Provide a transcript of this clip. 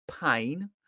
pain